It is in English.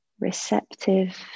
receptive